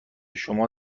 شما